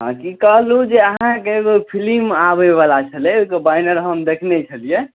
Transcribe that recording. हँ जी कहलहुँ जे अहाँके एगो फिलिम आबैवला छलै बैनर हम देखने छलिए